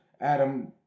Adam